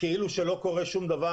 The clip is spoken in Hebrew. כאילו שלא קורה שום דבר,